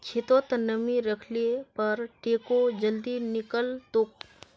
खेतत नमी रहले पर टेको जल्दी निकलतोक